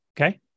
Okay